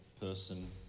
person